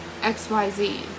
XYZ